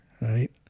right